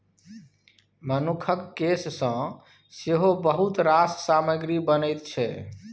मनुखक केस सँ सेहो बहुत रास सामग्री बनैत छै